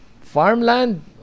farmland